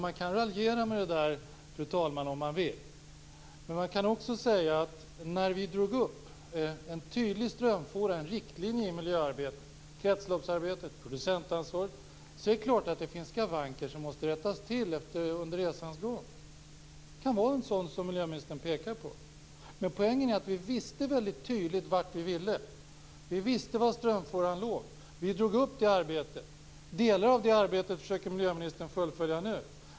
Man kan raljera med detta om man vill. Men vi drog upp en tydlig riktlinje i miljöarbetet i och med kretsloppsarbetet och producentansvaret, och det är klart att det finns skavanker som måste rättas till under resans gång. Det kan vara något sådant som miljöministern pekar på. Men poängen var att vi visste vad vi ville åstadkomma. Vi visste var strömfåran låg. Vi drog upp riktlinjerna för det arbetet. Delar av detta arbete försöker miljöministern att fullfölja nu.